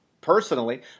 personally